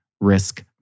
risk